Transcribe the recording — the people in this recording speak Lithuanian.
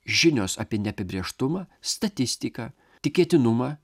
žinios apie neapibrėžtumą statistiką tikėtinumą